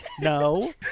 No